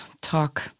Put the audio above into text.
talk